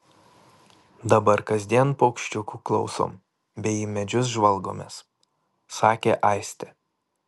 dabar kasdien paukščiukų klausom bei į medžius žvalgomės sakė aistė